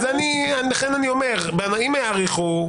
לכן אני אומר שאם יאריכו,